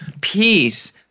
Peace